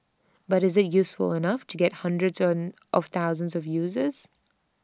but is IT useful enough to get hundreds on of thousands of users